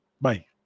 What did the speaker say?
Bye